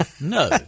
no